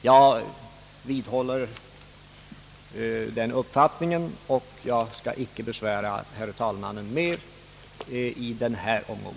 Jag vidhåller den uppfattningen, och jag skall icke besvära herr talmannen mera i denna omgång.